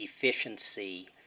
efficiency